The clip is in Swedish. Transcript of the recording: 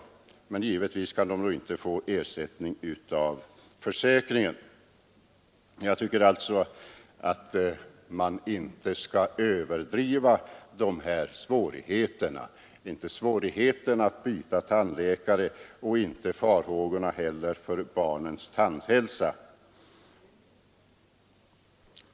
Men givetvis kan då ingen ersättning utgå från försäkringen. Jag tycker sålunda att man inte skall överdriva svårigheterna att byta tandläkare och inte heller farhågorna för barnens tandhälsa.